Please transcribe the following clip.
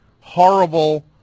horrible